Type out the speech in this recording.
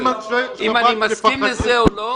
אם אני מסכים לזה או לא,